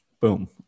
boom